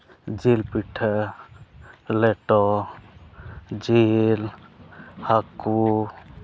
ᱡᱤᱞ ᱯᱤᱴᱷᱟᱹ ᱞᱮᱴᱚ ᱡᱤᱞ ᱦᱟᱹᱠᱩ